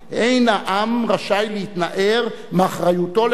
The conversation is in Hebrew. אין העם רשאי להתנער מאחריותו לכך.